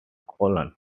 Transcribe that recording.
colon